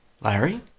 Larry